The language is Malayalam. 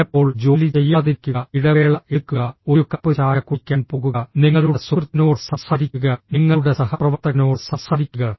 ചിലപ്പോൾ ജോലിചെയ്യാതിരിക്കുക ഇടവേള എടുക്കുക ഒരു കപ്പ് ചായ കുടിക്കാൻ പോകുക നിങ്ങളുടെ സുഹൃത്തിനോട് സംസാരിക്കുക നിങ്ങളുടെ സഹപ്രവർത്തകനോട് സംസാരിക്കുക